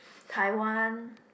Taiwan